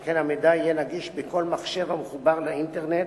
שכן המידע יהיה נגיש מכל מחשב המחובר לאינטרנט,